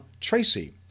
Tracy